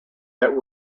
that